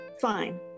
fine